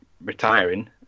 retiring